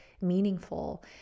meaningful